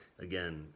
Again